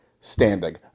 Standing